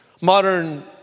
Modern